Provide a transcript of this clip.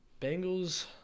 Bengals